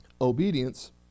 Obedience